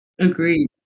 Agreed